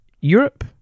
Europe